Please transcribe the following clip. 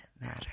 matter